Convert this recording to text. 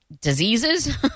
diseases